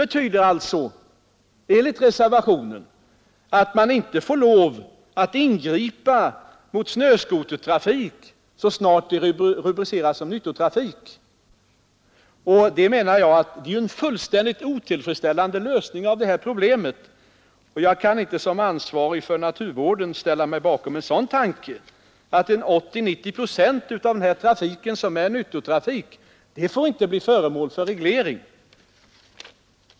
Reservationen betyder alltså att man inte får lov att ingripa mot snöskotertrafik så snart den rubriceras som nyttotrafik. Det menar jag är en fullständigt otillfredsställande lösning av problemet. Jag kan inte som ansvarig för naturvården ställa mig bakom en sådan tanke att 80—90 procent av den här trafiken som är nyttotrafik inte får bli föremål för reglering.